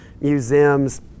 museums